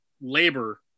labor